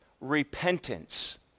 repentance